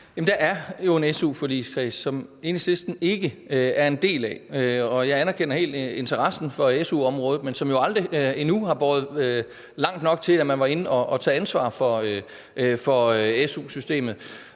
Der er jo en SU-forligskreds, som Enhedslisten ikke er en del af. Jeg anerkender helt interessen for SU-området, men man har endnu aldrig båret den langt nok, til at man var inde og tage ansvar for SU-systemet.